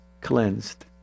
cleansed